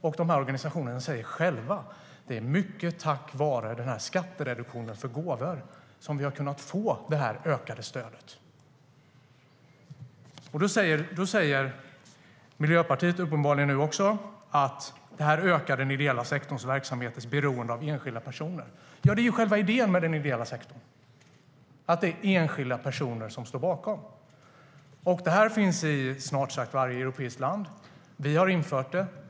Organisationerna säger själva att det i mycket är tack vare skattereduktionen för gåvor som de kunnat få det ökade stödet. Det här finns i snart sagt varje europeiskt land, och vi har infört det.